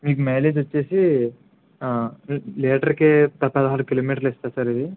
మీకు మైలేజ్ వచ్చేసి ఆ లీటర్కి పదహారు కిలోమీటర్లు ఇస్తుంది సార్ ఇది